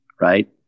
right